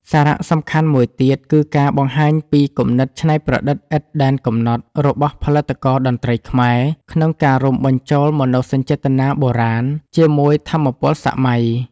សារៈសំខាន់មួយទៀតគឺការបង្ហាញពីគំនិតច្នៃប្រឌិតឥតដែនកំណត់របស់ផលិតករតន្ត្រីខ្មែរ ក្នុងការរួមបញ្ចូល មនោសញ្ចេតនាបុរាណ ជាមួយ ថាមពលសម័យ។